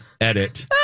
edit